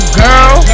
girl